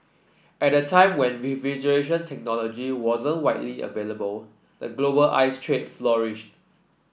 at a time when refrigeration technology wasn't widely available the global ice trade flourished